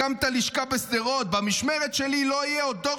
הקמת לשכה בשדרות: במשמרת שלי לא יהיה עוד דור